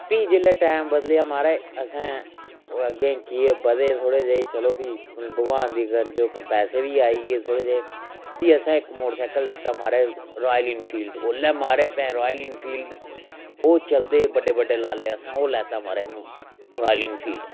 फ्ही जेल्लै टैम बदलेआ महाराज असें ओह् अग्गें कि बधे थोह्ड़े जेह् चलो फ्ही भगवान दी गरज उप्पर पैसे बी आई गे थोह्ड़े जेह् फ्ही असें इक मोटरसाइकल लैता महाराज रायल इनफील्ड ओल्लै महाराज भैं रायल इनफील्ड च ओह् चलदे हे बड्डे बड्डे लाल्ले असें ओह् लैता महाराज रायल इनफील्ड